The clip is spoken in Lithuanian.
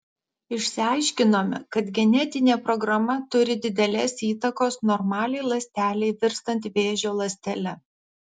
išsiaiškinome kad genetinė programa turi didelės įtakos normaliai ląstelei virstant vėžio ląstele